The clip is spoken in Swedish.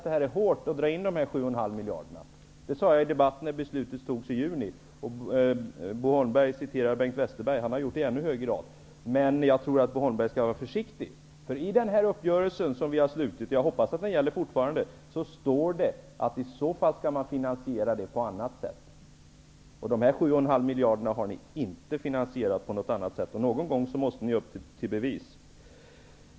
Det är hårt att dra in dessa 7,5 miljarder. Det sade jag i debatten när beslutet fattades i juni. Bo Holmberg nämnde vad Bengt Westerberg sagt, och han har sagt detta i ännu högre grad. Jag tror att Bo Holmberg skall vara försiktig. I den uppgörelse som vi har träffat -- jag hoppas att den gäller fortfarande -- står det att man i så fall skall finansiera detta på annat sätt. Dessa 7,5 miljarder har ni inte finansierat på något annat sätt. Någon gång måste ni upp till bevis.